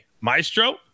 Maestro